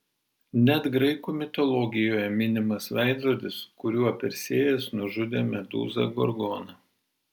net graikų mitologijoje minimas veidrodis kuriuo persėjas nužudė medūzą gorgoną